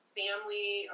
family